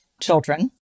children